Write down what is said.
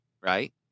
right